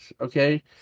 okay